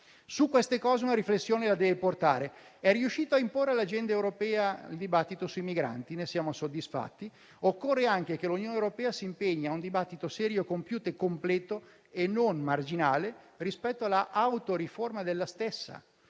Su queste cose una riflessione la deve portare. È riuscito a imporre all'agenda europea il dibattito sui migranti. Ne siamo soddisfatti, ma occorre anche che l'Unione europea si impegni a un dibattito serio, compiuto, completo e non marginale rispetto all'autoriforma della stessa;